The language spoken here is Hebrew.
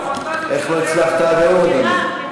עם הפנטזיות שלכם, איך לא הצלחת עד היום, אדוני?